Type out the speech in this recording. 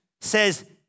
says